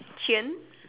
chains